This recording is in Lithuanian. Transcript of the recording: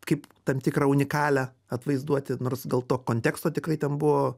kaip tam tikrą unikalią atvaizduoti nors gal to konteksto tikrai ten buvo